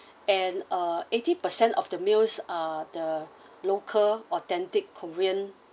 and uh eighty percent of the meals are the local authentic korean